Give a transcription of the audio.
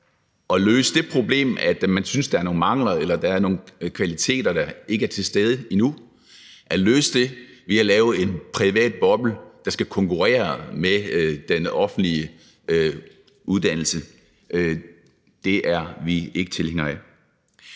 problem, der handler om, at man synes, at der er nogle mangler, eller at der er nogle kvaliteter, der ikke er til stede endnu, ved at lave en privat boble, der skal konkurrere med den offentlige uddannelse, er vi ikke tilhængere af.